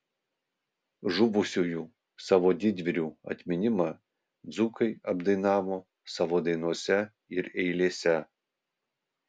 žuvusiųjų savo didvyrių atminimą dzūkai apdainavo savo dainose ir eilėse